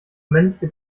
männliche